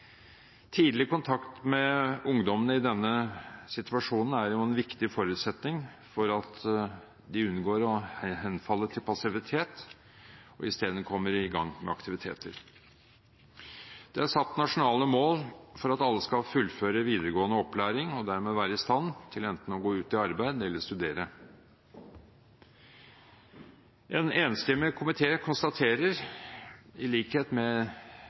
Tidlig kontakt med ungdommene i denne situasjonen er en viktig forutsetning for at de unngår å henfalle til passivitet, og isteden kommer i gang med aktiviteter. Det er satt nasjonale mål for at alle skal fullføre videregående opplæring, og dermed være i stand til enten å gå ut i arbeid eller studere. En enstemmig komité konstaterer, i likhet med